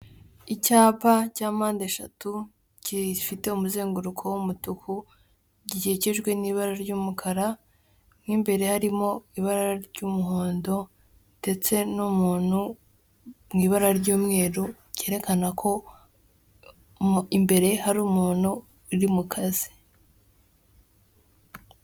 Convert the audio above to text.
Icyapa cya mpandeshatu gifite umuzenguruko w'umutuku, gikikijwe n'ibara ry'umukara, mo imbere harimo ibara ry'umuhondo, ndetse n'umuntu mu ibara ry'umweru, ryerekana ko imbere hari umuntu uri mu kazi.